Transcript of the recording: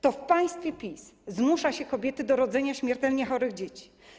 To w państwie PiS zmusza się kobiety do rodzenia śmiertelnie chorych dzieci.